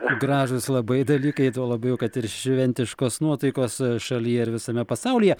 gražūs labai dalykai tuo labiau kad ir šventiškos nuotaikos šalyje ir visame pasaulyje